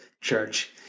Church